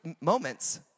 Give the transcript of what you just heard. moments